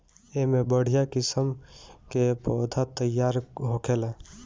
एमे बढ़िया किस्म के पौधा तईयार होखेला